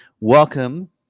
welcome